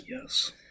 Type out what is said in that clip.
Yes